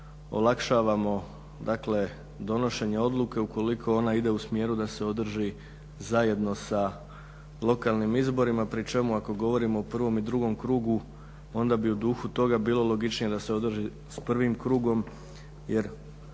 olakšavamo, dakle donošenje odluke ukoliko ona ide u smjeru da se održi zajedno sa lokalnim izborima pri čemu ako govorim o prvom i drugom krugu onda bi u duhu toga bilo logičnije da se održi s prvim krugom jer